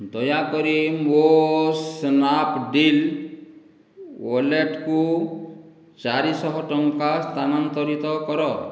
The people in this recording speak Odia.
ଦୟାକରି ମୋ ସ୍ନାପ୍ଡ଼ିଲ୍ ୱାଲେଟ୍କୁ ଚାରିଶହ ଟଙ୍କା ସ୍ଥାନାନ୍ତରିତ କର